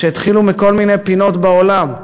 שהתחילו מכל מיני פינות בעולם,